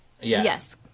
Yes